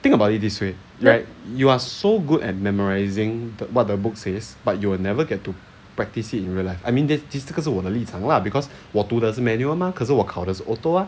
think about it this way like you are so good at memorising the what the book says but you will never get to practise it in real life I mean this is just 我的立场 lah because 我读的是 manual mah 可是我考 as auto ah